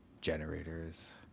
generators